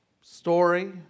story